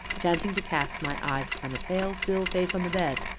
chancing to cast my eyes upon the pale, still face on the bed,